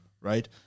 right